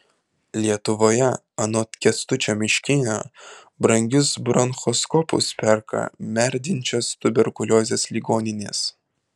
lietuvoje anot kęstučio miškinio brangius bronchoskopus perka merdinčios tuberkuliozės ligoninės